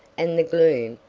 and the gloom,